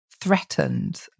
threatened